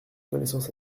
connaissance